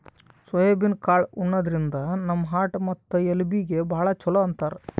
soybean ಕಾಳ್ ಉಣಾದ್ರಿನ್ದ ನಮ್ ಹಾರ್ಟ್ ಮತ್ತ್ ಎಲಬೀಗಿ ಭಾಳ್ ಛಲೋ ಅಂತಾರ್